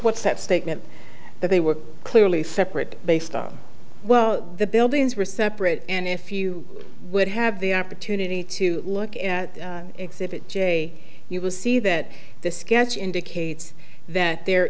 what's that statement that they were clearly separate based on well the buildings were separate and if you would have the opportunity to look at exhibit j you will see that the sketch indicates that there